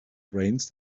brains